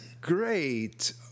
great